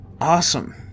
awesome